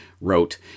wrote